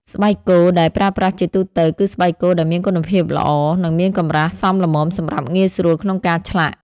ស្បែកគោដែលប្រើប្រាស់ជាទូទៅគឺស្បែកគោដែលមានគុណភាពល្អ និងមានកម្រាស់សមល្មមសម្រាប់ងាយស្រួលក្នុងការឆ្លាក់។